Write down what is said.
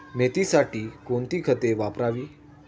मेथीसाठी कोणती खते वापरावी?